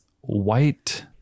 white